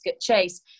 Chase